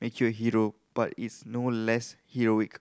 make you Hero but it's no less heroic